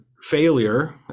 failure